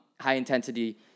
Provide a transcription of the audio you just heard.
high-intensity